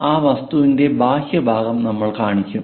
ആ വസ്തുവിന്റെ ബാഹ്യഭാഗം നമ്മൾ കാണിക്കും